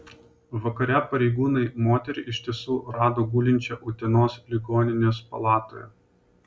vakare pareigūnai moterį iš tiesų rado gulinčią utenos ligoninės palatoje